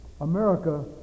America